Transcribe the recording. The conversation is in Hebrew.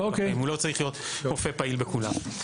הוא לא צריך להיות רופא פעיל בכולן.